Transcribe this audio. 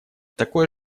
такое